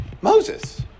Moses